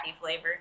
flavor